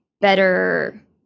better